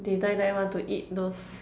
they die die want to eat those